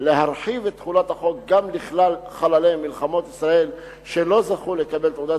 להרחיב את תחולת החוק גם לכלל חללי מלחמות ישראל שלא זכו לקבל תעודת